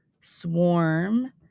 Swarm